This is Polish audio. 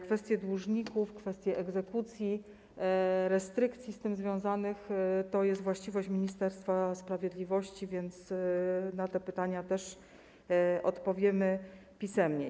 Kwestie dłużników, kwestie egzekucji, restrykcji z tym związanych - to jest właściwość Ministerstwa Sprawiedliwości, więc na te pytania też odpowiemy pisemnie.